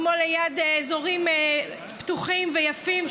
כמו ליד אזורים פתוחים ויפים,